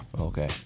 Okay